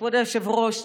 כבוד היושב-ראש,